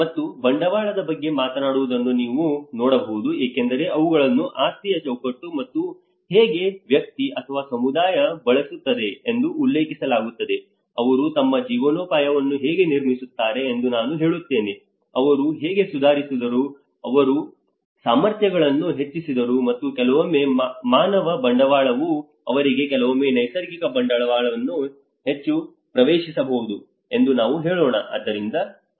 ಮತ್ತು ಬಂಡವಾಳದ ಬಗ್ಗೆ ಮಾತನಾಡುವುದನ್ನು ನೀವು ನೋಡಬಹುದು ಏಕೆಂದರೆ ಅವುಗಳನ್ನು ಆಸ್ತಿಯ ಚೌಕಟ್ಟು ಮತ್ತು ಹೇಗೆ ವ್ಯಕ್ತಿ ಅಥವಾ ಸಮುದಾಯ ಬಳಸುತ್ತದೆ ಎಂದು ಉಲ್ಲೇಖಿಸಲಾಗುತ್ತದೆ ಅವರು ತಮ್ಮ ಜೀವನೋಪಾಯವನ್ನು ಹೇಗೆ ನಿರ್ಮಿಸುತ್ತಾರೆ ಎಂದು ನಾನು ಹೇಳುತ್ತೇನೆ ಅವರು ಹೇಗೆ ಸುಧಾರಿಸಿದರು ಅವರ ಸಾಮರ್ಥ್ಯಗಳನ್ನು ಹೆಚ್ಚಿಸಿದರು ಮತ್ತು ಕೆಲವೊಮ್ಮೆ ಮಾನವ ಬಂಡವಾಳವು ಅವರಿಗೆ ಕೆಲವೊಮ್ಮೆ ನೈಸರ್ಗಿಕ ಬಂಡವಾಳವನ್ನು ಹೆಚ್ಚು ಪ್ರವೇಶಿಸಬಹುದು ಎಂದು ನಾವು ಹೇಳೋಣ